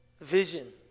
vision